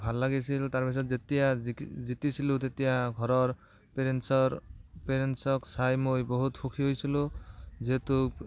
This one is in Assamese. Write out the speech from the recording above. ভাল লাগিছিল তাৰপিছত যেতিয়া জিকি জিতিছিলো তেতিয়া ঘৰৰ পেৰেণ্টছৰ পেৰেণ্টছক চাই মই বহুত সুখী হৈছিলোঁ যিহেতু